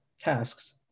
tasks